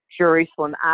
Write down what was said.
Jerusalem